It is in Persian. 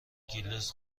گیلاس